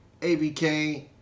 ABK